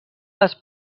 les